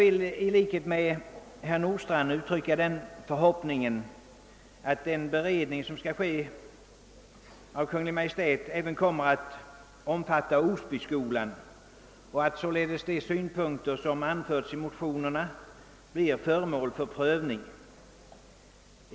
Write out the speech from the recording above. I likhet med herr Nordstrandh vill jag uttrycka den förhoppningen att utbildningsdepartementet vid sin beredning av förslagen tar upp även skolan i Osby och att således de synpunkter som framförts i motionerna prövas.